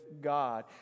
God